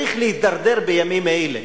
צריך להידרדר בימים אלה,